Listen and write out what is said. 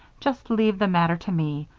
just leave the matter to me.